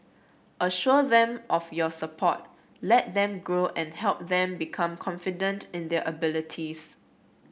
assure them of your support let them grow and help them become confident and their abilities